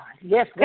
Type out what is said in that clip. Yes